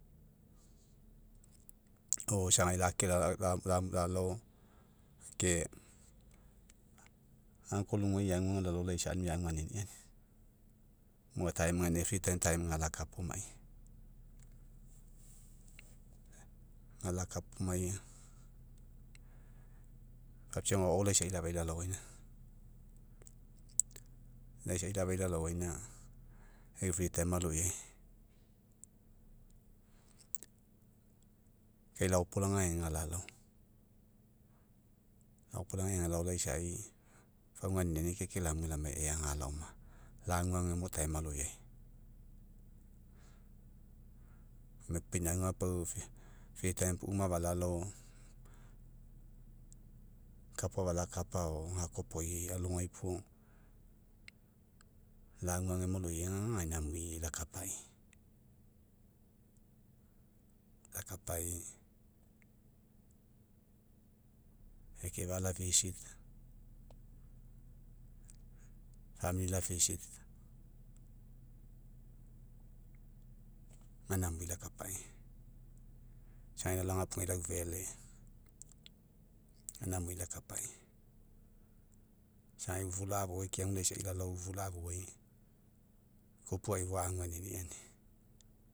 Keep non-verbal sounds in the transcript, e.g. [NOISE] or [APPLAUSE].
O isagai lake [HESITATION] lalao, ke [UNINTELLIGIBLE] ugugai egu lalao laisa, aunimai aniani. Mo [UNINTELLIGIBLE] ga lakaomai, gala kapa omai. Papiau agao agao laisai lafai lalaoaina, laisai lafai lalaoaina, eu [UNINTELLIGIBLE] aloiai, kai laopolaga ega lalao, laopolaga lalao laisai, fou agu aniniani ke lamue ea, galaoma, lagu agemo [UNINTELLIGIBLE] aloiai. [HESITATION] pinauga pau [UNINTELLIGIBLE] puo uma afalalao, kapa agao afala kapa, o gakoa opoi alogai puo, lagu agema aloiai ga, gaina amui lakapai. Lakapai, ekfa'a la [UNINTELLIGIBLE] la [UNINTELLIGIBLE] gaina amui lakapai. Isagai lalao agapugeai laufele, gaina amui lakapai. Isagai ufu la'afouai keagu, laisai lalao ufula'afouai, ikupu aui fou agu aniniani.